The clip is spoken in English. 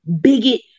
Bigot